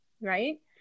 right